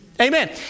Amen